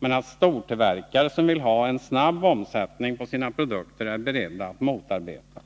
men som stortillverkare vilka vill ha en snabb omsättning på sina produkter är beredda att motarbeta.